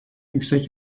yüksek